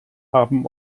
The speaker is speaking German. haben